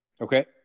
Okay